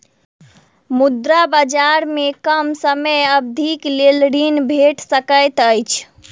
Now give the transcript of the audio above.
मुद्रा बजार में कम समय अवधिक लेल ऋण भेट सकैत अछि